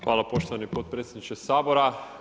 Hvala poštovani potpredsjedniče Sabora.